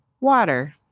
water